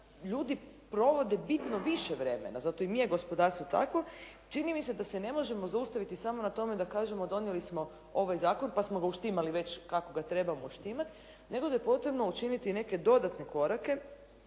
ljudi provode bitno više vremena. Zato im je gospodarstvo takvo. Čini mi se da se ne možemo zaustaviti samo na tome da kažemo donijeli smo ovaj zakon, pa smo ga uštimali već kako ga trebamo uštimati, nego da je potrebno učiniti neke dodatne korake,